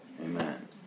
amen